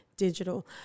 digital